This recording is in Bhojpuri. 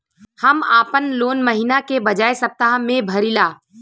हम आपन लोन महिना के बजाय सप्ताह में भरीला